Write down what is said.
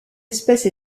espèce